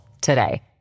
today